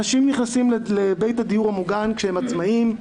אנשים נכנסים לבית הדיור המוגן כשהם עצמאים,